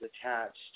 attached